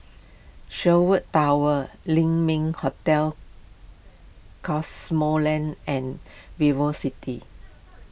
Sherwood Towers Ling Ming Hotel Cosmoland and Vivo City